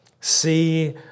See